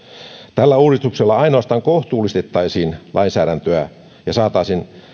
tällä uudistuksella ainoastaan kohtuullistettaisiin lainsäädäntöä ja saataisiin